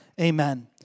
Amen